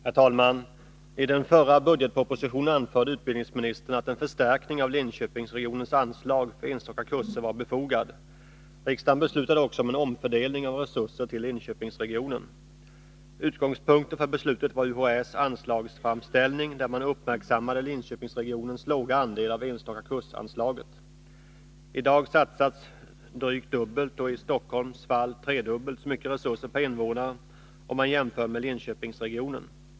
Herr talman! I den förra budgetpropositionen anförde utbildningsministern att en förstärkning av Linköpingsregionens anslag för enstaka kurser var befogad. Riksdagen beslutade också om en omfördelning av resurser till Linköpingsregionen. Utgångspunkten för beslutet var UHÄ:s anslagsframställning, där man uppmärksammade Linköpingsregionens låga andel av anslaget för enstaka kurser. I dag satsas drygt dubbelt och i Stockholms fall tredubbelt så mycket resurser per invånare, om man jämför med Linköpingsregionen.